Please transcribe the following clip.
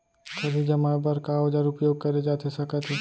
खरही जमाए बर का औजार उपयोग करे जाथे सकत हे?